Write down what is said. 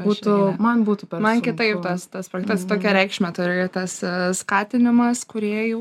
būtų man būtų man kitaip tas tas projektas tokią reikšmę turi tas skatinimas kūrėjų